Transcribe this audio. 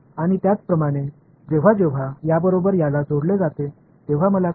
आणि त्याचप्रमाणे जेव्हा जेव्हा याबरोबर याला जोडले जाते तेव्हा मला काय मिळेल